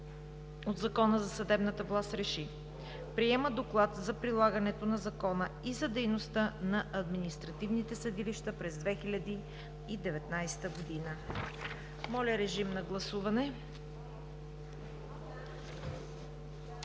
от Закона за съдебната власт РЕШИ: Приема Доклад за прилагането на закона и за дейността на административните съдилища през 2019 г.“ Моля, режим на гласуване.